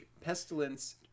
Pestilence